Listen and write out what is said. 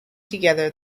together